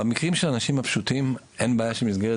במקרים של האנשים הפשוטים אין בעיה של מסגרת